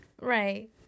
Right